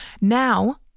Now